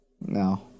No